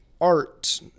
art